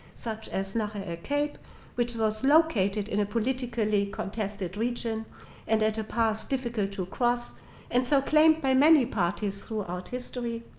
such as nahr el-kalb which was located in a politically contested region and at a pass difficult to cross and so claimed by many parties throughout history,